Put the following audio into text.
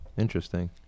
Interesting